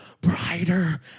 brighter